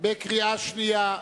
בקריאה שנייה.